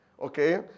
Okay